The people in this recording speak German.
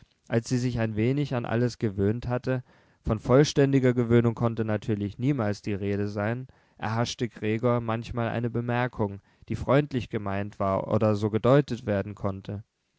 als sie sich ein wenig an alles gewöhnt hatte von vollständiger gewöhnung konnte natürlich niemals die rede sein erhaschte gregor manchmal eine bemerkung die freundlich gemeint war oder so gedeutet werden konnte